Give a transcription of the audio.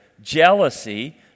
jealousy